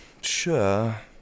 sure